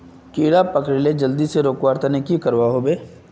कीड़ा पकरिले जल्दी से रुकवा र तने की करवा होबे?